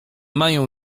mają